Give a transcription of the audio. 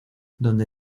donde